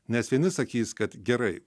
nes vieni sakys kad gerai